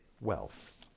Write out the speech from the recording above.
wealth